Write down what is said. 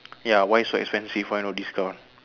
ya why so expensive why no discount